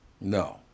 No